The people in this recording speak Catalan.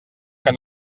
que